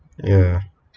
ya